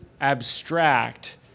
abstract